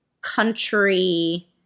country